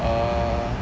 err